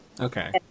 Okay